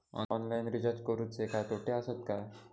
Online recharge करुचे काय तोटे आसत काय?